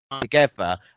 together